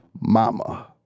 mama